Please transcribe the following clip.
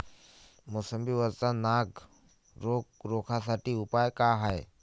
मोसंबी वरचा नाग रोग रोखा साठी उपाव का हाये?